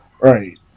Right